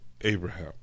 abraham